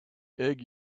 egg